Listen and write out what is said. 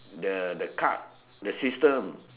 the the card the system